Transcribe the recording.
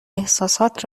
احساسات